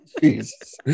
Jesus